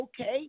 okay